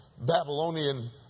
Babylonian